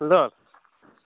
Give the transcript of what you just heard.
ल